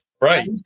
right